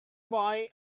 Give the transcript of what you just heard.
boy